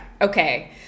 Okay